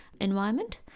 environment